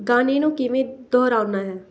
ਗਾਣੇ ਨੂੰ ਕਿਵੇਂ ਦੁਹਰਾਉਣਾ ਹੈ